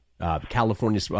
California